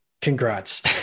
Congrats